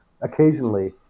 occasionally